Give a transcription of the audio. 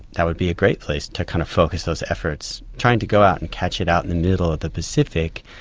that would be a great place to kind of focus those efforts. trying to go out and catch it out in the middle of the pacific,